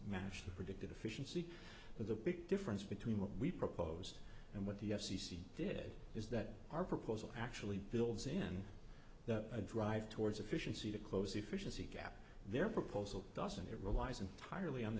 matched the predicted efficiency with a big difference between what we proposed and what the f c c did is that our proposal actually builds in the a drive towards efficiency to close efficiency gap their proposal doesn't it relies entirely on